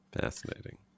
Fascinating